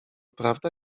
prawda